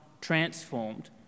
transformed